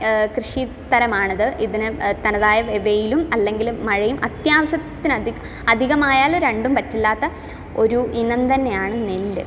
കൃഷി തരമാണിത് ഇതിന് തനതായ വെയിലും അല്ലെങ്കിലും മഴയും അത്യാവശ്യത്തിന് അധിക അധികമായാൽ രണ്ടും പറ്റില്ലാത്ത ഒരു ഇനം തന്നെയാണ് നെല്ല്